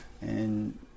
and-